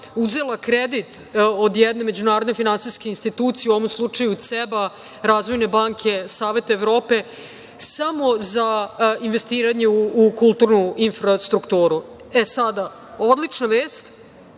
uzela kredit od jedne međunarodne finansijske institucije u ovom slučaju CEB-a, Razvojne banke Saveta Evrope samo za investiranje u kulturnu infrastrukturu.E, sada odlična vest